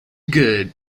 good